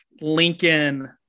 Lincoln